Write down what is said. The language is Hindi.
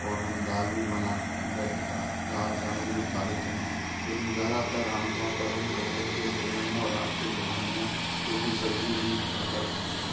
और हम दाल भी बना दाल चावल भी खा लेते हैं लेकिन ज़्यादातर आमतौर पर हम दोपहर के भोजन में और रात के भोजन में रोटी सब्जी ही पका कर खाते हैं